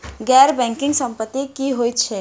गैर बैंकिंग संपति की होइत छैक?